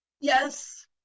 Yes